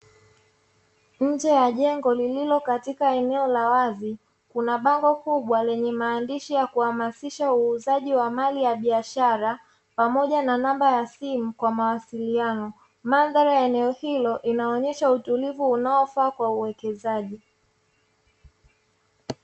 Nje ya jengo lililo katiaka eneo la wazi, kuna bango kubwa lenye maandishi ya kuhamasisha uuzaji wa mali ya biashara, pamoja na namba ya simu kwa mawasiliano. Mandhari ya eneo hilo inaonyesha utulivu unaofaa kwa uwekezaji.